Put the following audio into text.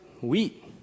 wheat